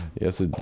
Yes